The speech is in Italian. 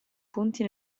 punti